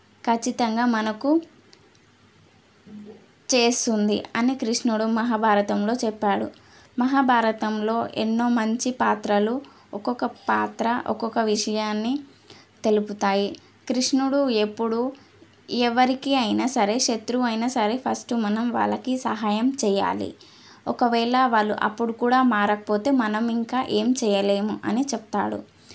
ఖచ్చితంగా మనకు చేస్తుంది అని కృష్ణుడు మహాభారతంలో చెప్పాడు మహాభారతంలో ఎన్నో మంచి పాత్రలు ఒక్కొక్క పాత్ర ఒక్కొక్క విషయాన్ని తెలుపుతాయి కృష్ణుడు ఎప్పుడు ఎవరికి అయినా సరే శత్రువు అయినా సరే ఫస్ట్ మనం వాళ్ళకి సహాయం చెయ్యాలి ఒకవేళ వాళ్ళు అప్పుడు కూడా మారకపోతే మనం ఇంకా ఏం చేయలేం అని చెప్తాడు